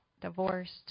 divorced